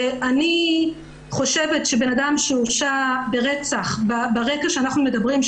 אני חושבת שבן אדם שהורשע ברצח ברקע שאנחנו מדברים עליו,